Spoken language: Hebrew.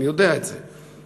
אני יודע את זה,